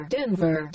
Denver